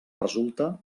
resulta